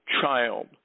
child